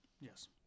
Yes